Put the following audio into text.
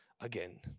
again